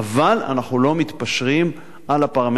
אבל אנחנו לא מתפשרים על הפרמטרים